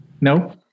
No